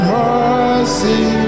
mercy